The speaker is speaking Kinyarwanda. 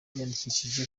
yiyandikishije